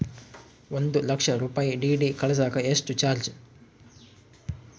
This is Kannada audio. ಒಂದು ಲಕ್ಷ ರೂಪಾಯಿ ಡಿ.ಡಿ ಕಳಸಾಕ ಎಷ್ಟು ಚಾರ್ಜ್?